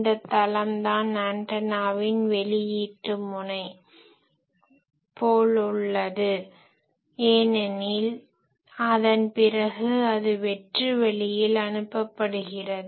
இந்த தளம் தான் ஆன்டனாவின் வெளியீட்டு முனை போல உள்ளது ஏனெனில் அதன்பிறகு அது வெற்று வெளியில் அனுப்ப படுகிறது